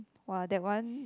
!wah! that one